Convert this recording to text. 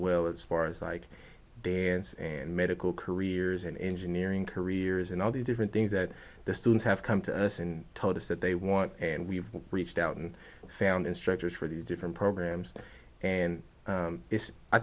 well as far as like dance and medical careers and engineering careers and all these different things that the students have come to us and told us that they want and we've reached out and found instructors for the different programs and